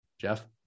Jeff